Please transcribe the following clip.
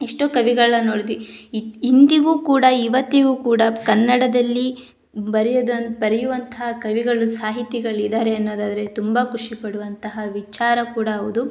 ಎಷ್ಟೋ ಕವಿಗಳನ್ನ ನೋಡಿದ್ವಿ ಇಂದಿಗೂ ಕೂಡ ಇವತ್ತಿಗೂ ಕೂಡ ಕನ್ನಡದಲ್ಲಿ ಬರಿಯುದನ್ನ ಬರೆಯುವಂತಹ ಕವಿಗಳು ಸಾಹಿತಿಗಳು ಇದ್ದಾರೆ ಅನ್ನೋದಾದರೆ ತುಂಬ ಖುಷಿ ಪಡುವಂತಹ ವಿಚಾರ ಕೂಡ ಹೌದು